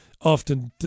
often